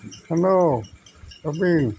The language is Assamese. হেল্ল' প্ৰবীন